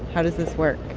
how does this work?